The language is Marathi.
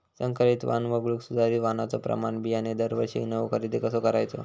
संकरित वाण वगळुक सुधारित वाणाचो प्रमाण बियाणे दरवर्षीक नवो खरेदी कसा करायचो?